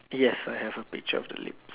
yes I have a picture of the lips